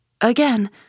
Again